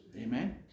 Amen